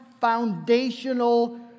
foundational